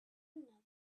another